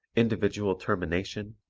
individual termination,